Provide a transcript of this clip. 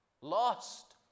lost